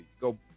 go